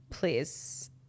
Please